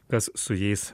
kas su jais